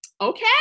okay